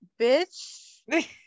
bitch